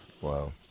Wow